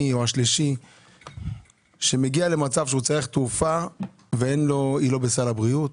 או השלישי שמגיעים למצב שצריכים אותה והיא לא בסל הבריאות